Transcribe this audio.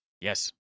Yes